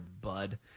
bud